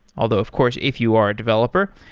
although of course if you are a developer,